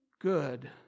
good